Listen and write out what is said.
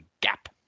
gap